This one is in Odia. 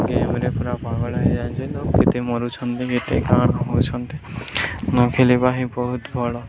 ଗେମ୍ରେ ପୁରା ପାଗଳ ହେଇଯାଉଛନ୍ତି କେତେ ମରୁଛନ୍ତି କେତେ କ'ଣ ହେଉଛନ୍ତି ନ ଖେଳିବା ହିଁ ବହୁତ ଭଲ